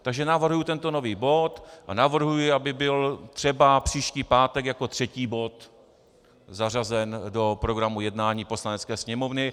Takže navrhuji tento nový bod a navrhuji, aby byl třeba příští pátek jako třetí bod zařazen do programu jednání Poslanecké sněmovny.